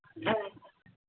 ए